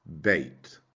bait